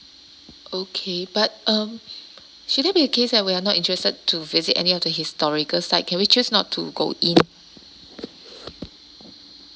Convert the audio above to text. okay but um should there be a case that we're not interested to visit any of the historical site can we choose not to go in